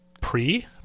pre